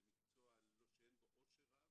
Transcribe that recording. זה מקצוע שאין בו אושר רב.